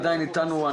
איתנו,